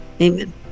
amen